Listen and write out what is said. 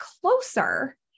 closer